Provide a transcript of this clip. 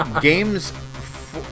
Games